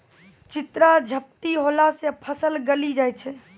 चित्रा झपटी होला से फसल गली जाय छै?